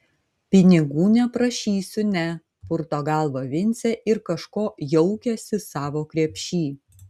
pinigų neprašysiu ne purto galvą vincė ir kažko jaukiasi savo krepšy